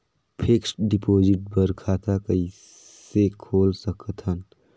Fixed deposit बर खाता कइसे खोल सकत हन?